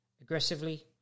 aggressively